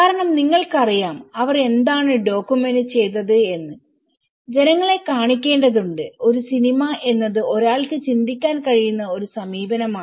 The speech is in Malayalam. കാരണം നിങ്ങൾക്കറിയാം അവർ എന്താണ് ഡോക്യുമെന്റ് ചെയ്തത് എന്ന് ജനങ്ങളെ കാണിക്കേണ്ടതുണ്ട് ഒരു സിനിമ എന്നത് ഒരാൾക്ക് ചിന്തിക്കാൻ കഴിയുന്ന ഒരു സമീപനമാണ്